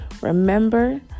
Remember